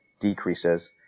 decreases